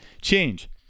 change